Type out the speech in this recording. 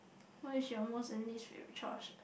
what is your most chores